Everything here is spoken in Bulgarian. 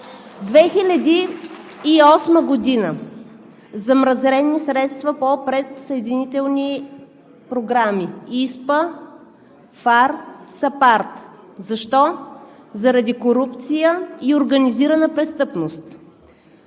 2008 г. – замразени средства по предприсъединителните програми ИСПА, ФАР, САПАРД. Защо? Заради корупция и организирана престъпност!